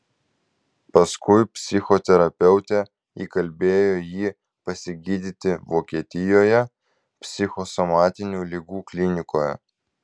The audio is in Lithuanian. paskui psichoterapeutė įkalbėjo jį pasigydyti vokietijoje psichosomatinių ligų klinikoje